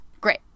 great